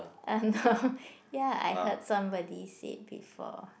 and ya I heard somebody said before